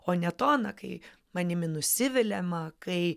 o ne to na kai manimi nusiviliama kai